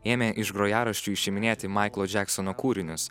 ėmė iš grojaraščių išiminėti maiklo džeksono kūrinius